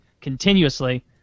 continuously